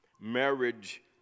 marriage